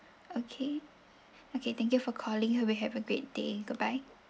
okay okay thank you for calling hope you have a great day goodbye